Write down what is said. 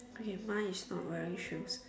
okay mine is not wearing shoes